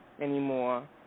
anymore